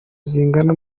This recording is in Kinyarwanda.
zingana